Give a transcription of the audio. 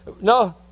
No